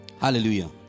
Hallelujah